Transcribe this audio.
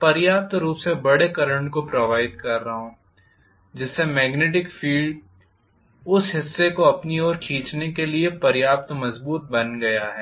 पर्याप्त रूप से बड़े करंट को प्रवाहित कर रहा हूं जिसके मैग्नेटिक फील्ड उस हिस्से को अपनी ओर खींचने के लिए पर्याप्त मजबूत बन गया है